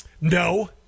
no